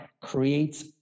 creates